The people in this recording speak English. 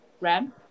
RAM